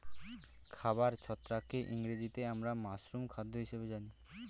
খাবার ছত্রাককে ইংরেজিতে আমরা মাশরুম খাদ্য হিসেবে জানি